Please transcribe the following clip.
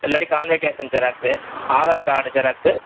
இல்லாட்டி convocation xerox Aadhaar card xerox